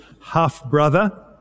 half-brother